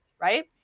right